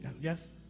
Yes